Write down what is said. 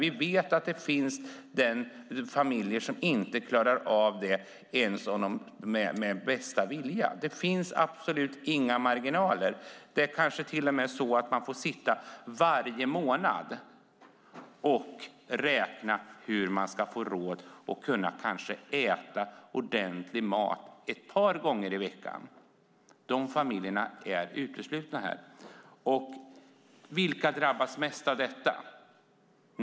Vi vet att det finns familjer som inte klarar av det. Det finns absolut inga marginaler. De kanske varje månad måste räkna på hur de ska ha råd att äta ordentlig mat ett par gånger i veckan. De familjerna är uteslutna här. Vilka drabbas mest av detta?